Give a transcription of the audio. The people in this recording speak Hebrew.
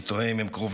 אני תוהה אם הם קרובים,